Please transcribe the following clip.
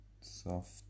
Soft